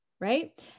right